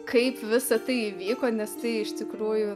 kaip visa tai įvyko nes tai iš tikrųjų